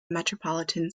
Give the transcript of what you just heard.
metropolitan